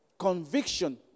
conviction